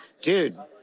Dude